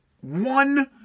one